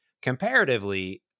comparatively